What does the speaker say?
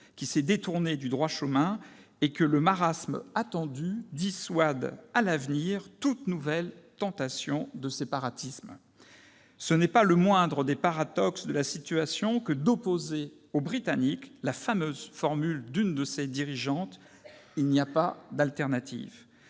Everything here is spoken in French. qui s'est détourné du droit chemin, et je déplore que le marasme attendu dissuade, à l'avenir, toutes nouvelles tentations de séparatisme. Ce n'est pas le moindre des paradoxes de la situation que d'opposer aux Britanniques la fameuse formule d'une de ses dirigeantes :« Il n'y a pas d'alternative.